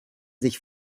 sich